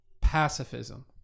pacifism